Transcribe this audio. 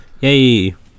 Yay